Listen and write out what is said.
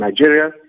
Nigeria